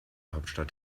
hauptstadt